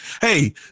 hey